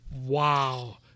Wow